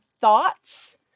thoughts